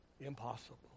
impossible